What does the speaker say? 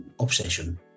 obsession